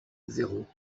zéro